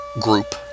group